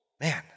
Man